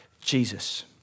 Jesus